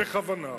בכוונה.